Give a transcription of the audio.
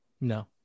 No